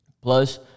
Plus